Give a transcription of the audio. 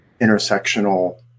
intersectional